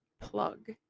plug